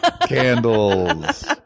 candles